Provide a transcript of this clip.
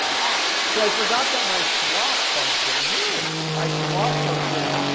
ah so i forgot that my swap function, and my swap function,